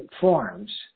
forms